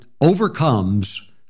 overcomes